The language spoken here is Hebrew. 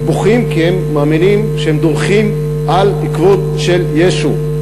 הם בוכים כי הם מאמינים שהם דורכים על העקבות של ישו.